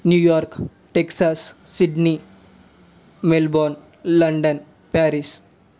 New York Texas Sydney Melbourne London Paris